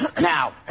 Now